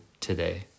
today